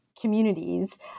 communities